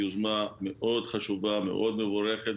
היוזמה הזו היא מאוד חשובה, מאוד מבורכת.